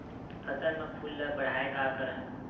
फसल म फूल ल बढ़ाय का करन?